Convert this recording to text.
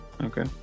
Okay